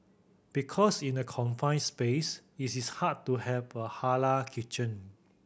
because in a confined space it is hard to have a halal kitchen